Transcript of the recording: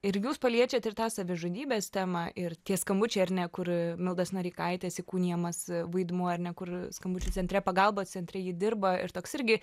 ir jūs paliečiate ir tą savižudybės temą ir tie skambučiai ar ne kur mildos noreikaitės įkūnijamas vaidmuo ar ne kur skambučių centre pagalba centre ji dirba ir toks irgi